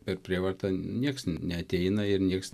per prievartą nieks neateina ir nieks